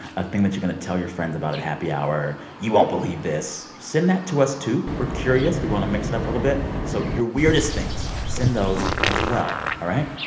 a thing that you're going to tell your friends about at happy hour. you won't believe this. send that to us, too. we're curious. we want to mix it up a little bit. so your weirdest things send those as well, all right?